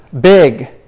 big